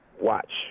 watch